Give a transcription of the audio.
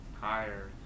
higher